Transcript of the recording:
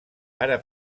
ara